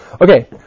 Okay